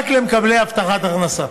רק למקבלי הבטחת הכנסה.